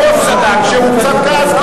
היושב-ראש צדק שהוא קצת כעס,